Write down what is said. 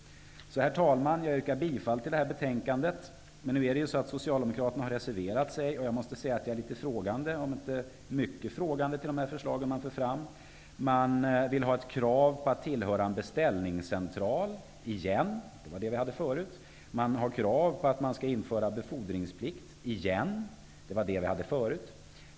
Herr talman! Jag yrkar bifall till utskottets hemställan. Socialdemokraterna har reserverat sig, och jag ställer mig frågande till de förslag som de för fram. De vill ha ett krav på att man skall tillhöra en beställningscentral -- igen; så var det förut. De vill införa befordringsplikt -- igen; så var det förut.